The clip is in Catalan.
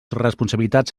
responsabilitats